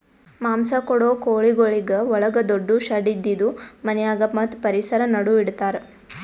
ಮಾಂಸ ಕೊಡೋ ಕೋಳಿಗೊಳಿಗ್ ಒಳಗ ದೊಡ್ಡು ಶೆಡ್ ಇದ್ದಿದು ಮನ್ಯಾಗ ಮತ್ತ್ ಪರಿಸರ ನಡು ಇಡತಾರ್